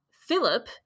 Philip